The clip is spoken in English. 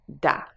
da